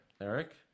Eric